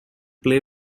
play